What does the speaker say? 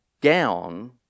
gown